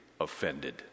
offended